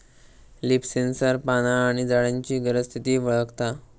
leaf sensor पाना आणि झाडांची गरज, स्थिती वळखता